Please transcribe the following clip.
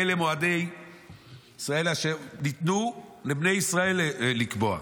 אלה מועדי ישראל אשר ניתנו לבני ישראל לקבוע.